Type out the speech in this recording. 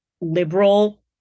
liberal